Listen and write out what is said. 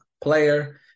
player